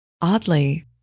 Oddly